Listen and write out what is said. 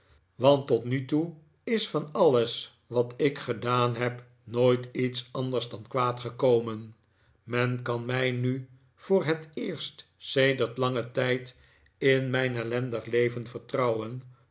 want tot nu toe is van alles wat ik gedaan heb nooit iets anders dan kwaad gekomen men kan mij nu voor het eerst sedert langen tijd in mijn ellendige leven vertrouwen